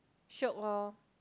shiok loh